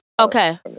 Okay